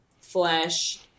flesh